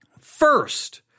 First